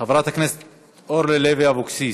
חברת הכנסת אורלי לוי אבקסיס,